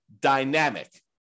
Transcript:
dynamic